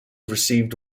received